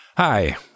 Hi